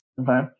Okay